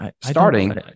starting